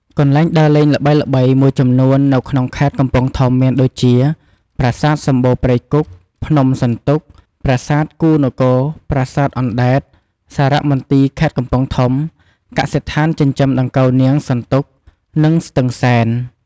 កន្លែងដើរលេងល្បីៗមួយចំនួននៅក្នុងខេត្តកំពង់ធំមានដូចជា ប្រាសាទសំបូរព្រៃគុក ភ្នំសន្ទុក ប្រាសាទគូហ៍នគរ ប្រាសាទអណ្ដែត សារមន្ទីរខេត្តកំពង់ធំ កសិដ្ឋានចិញ្ចឹមដង្កូវនាងសន្ទុក និងស្ទឹងសែន។